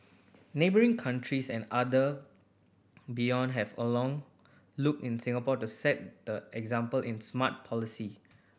neighbouring countries and other beyond have along looked in Singapore to set the example in smart policy